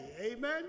amen